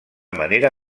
manera